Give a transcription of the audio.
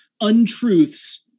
untruths